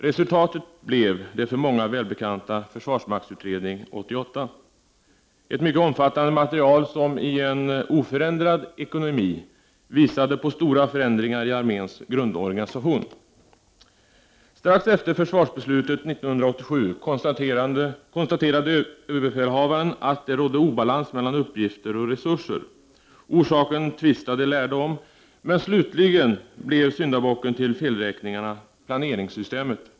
Resultatet blev den för många välbekanta försvarsmaktsutredningen 88 , detta mycket omfattande material som i en oförändrad ekonomi visade på stora förändringar i arméns grundorganisation. Strax efter försvarsbeslutet 1987 konstaterade ÖB att det rådde obalans mellan uppgifter och resurser. Orsaken tvista de lärde om, men slutligen blev syndabocken till felräkningarna planeringssystemet.